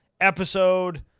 episode